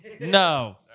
No